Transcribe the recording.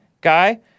guy